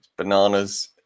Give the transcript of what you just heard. bananas